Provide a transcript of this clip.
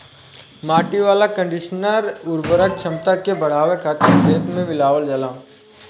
माटी वाला कंडीशनर उर्वरक क्षमता के बढ़ावे खातिर खेत में मिलावल जाला